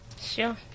Sure